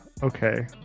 Okay